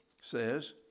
says